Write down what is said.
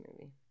movie